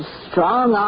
strong